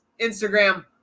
Instagram